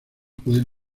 pueden